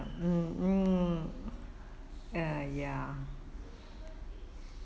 mm mm ya ya